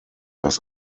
das